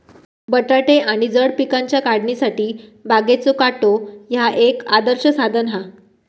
बटाटे आणि जड पिकांच्या काढणीसाठी बागेचो काटो ह्या एक आदर्श साधन हा